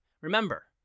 remember